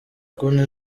kundi